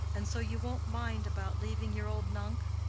and so you won't mind about leaving your old nunc?